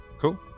Cool